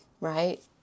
right